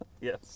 yes